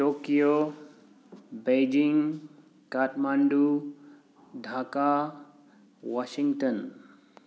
Tokyo Beijing Kathmandu Dhaka Washington